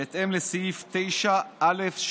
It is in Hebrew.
בהתאם לסעיף 9(א)(6)